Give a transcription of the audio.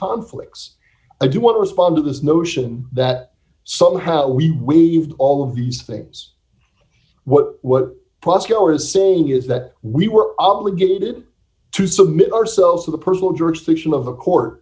conflicts i do want to respond to this notion that somehow we waived all of these things what what you are saying is that we were obligated to submit ourselves to the personal jurisdiction of a court